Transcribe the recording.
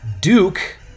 Duke